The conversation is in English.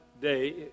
day